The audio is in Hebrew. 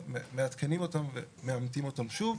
מעדכנים אותם ומאמתים אותם שוב.